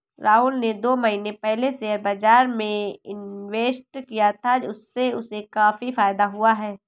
राहुल ने दो महीने पहले शेयर बाजार में इन्वेस्ट किया था, उससे उसे काफी फायदा हुआ है